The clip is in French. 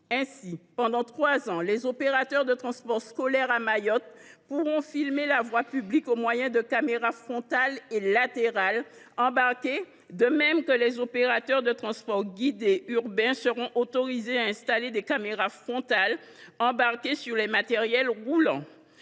Ainsi, pendant trois ans, les opérateurs de transport scolaire à Mayotte pourront filmer la voie publique au moyen de caméras frontales et latérales embarquées, de même que les opérateurs de transports guidés urbains seront autorisés à installer des caméras frontales embarquées sur les matériels roulants.